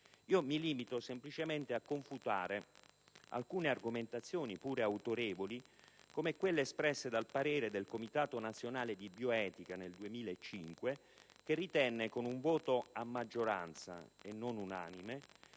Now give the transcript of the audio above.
Mi limito semplicemente a confutare alcune argomentazioni, pure autorevoli, come quelle espresse dal parere del Comitato nazionale di bioetica nel 2005 che ritenne, con un voto a maggioranza e non unanime,